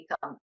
become